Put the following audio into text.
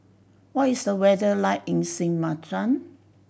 what is the weather like in Sint Maarten